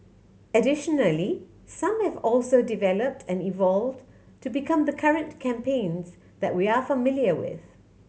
additionally some have also developed and evolved to become the current campaigns that we are familiar with